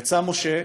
יצא משה,